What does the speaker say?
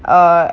uh